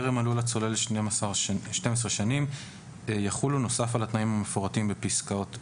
צולל שלא עבר את ההתמחות של צלילת לילה בקורס לא אמור לבצע את הצלילה.